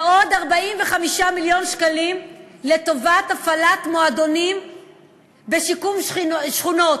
ועוד 45 מיליון שקלים לטובת הפעלת מועדונים בשיקום שכונות.